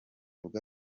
bwa